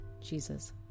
Jesus